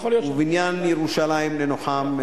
ובבניין ירושלים ננוחם,